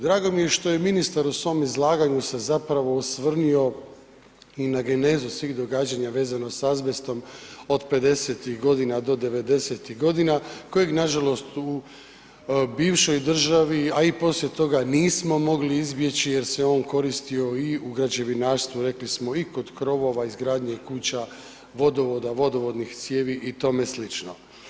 Drago mi je što je ministar u svom ulaganju se zapravo osvrnuo i na genezu svih događanja vezano s azbestom od 50-tih godina do 90-tih godina kojeg nažalost u bivšoj državi, a i poslije toga nismo mogli izbjeći jer se on koristio i u građevinarstvu, rekli smo i kod krovova, izgradnje kuća, vodovoda, vodovodnih cijevi i tome slično.